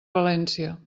valència